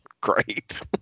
Great